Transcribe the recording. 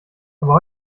aber